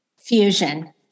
fusion